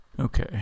okay